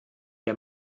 der